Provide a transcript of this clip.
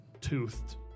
toothed